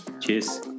Cheers